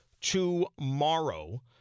tomorrow